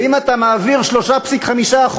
ואם אתה מעביר 3.5%